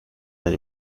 del